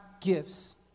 gifts